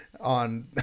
on